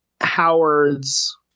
Howard's